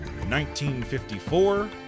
1954